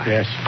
Yes